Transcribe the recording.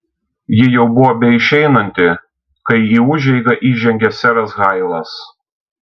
ji jau buvo beišeinanti kai į užeigą įžengė seras hailas